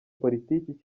politiki